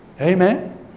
Amen